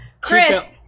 Chris